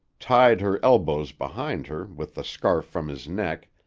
tied her elbows behind her with the scarf from his neck,